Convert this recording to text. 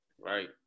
Right